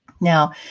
Now